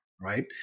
right